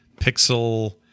pixel